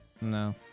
No